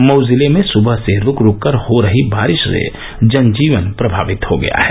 मऊ जिले में सुबह से रूक रूक कर हो रही बारिश से जन जीवन प्रमावित हो गया है